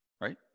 right